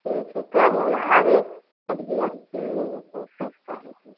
ठीक छै तब हम आइबै सब्जी आर कीन लेबै जौंं सस्ता हेतै